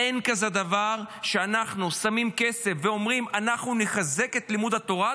שאין כזה דבר שאנחנו שמים כסף ואומרים: אנחנו נחזק את לימוד התורה,